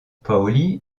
pauli